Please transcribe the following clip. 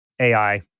AI